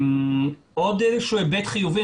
עוד איזשהו היבט חיובי.